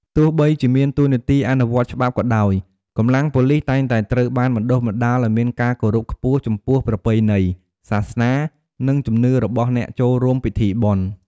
ទោះបីជាមានតួនាទីអនុវត្តច្បាប់ក៏ដោយ កម្លាំងប៉ូលិសតែងតែត្រូវបានបណ្តុះបណ្តាលឱ្យមានការគោរពខ្ពស់ចំពោះប្រពៃណី សាសនា និងជំនឿរបស់អ្នកចូលរួមពិធីបុណ្យ។